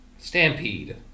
Stampede